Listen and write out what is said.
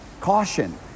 Caution